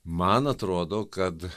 man atrodo kad